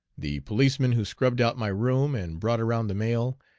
the policeman who scrubbed out my room and brought around the mail,